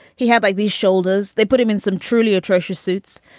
he had like these shoulders. they put him in some truly atrocious suits.